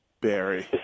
Barry